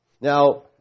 Now